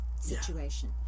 situation